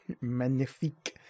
magnifique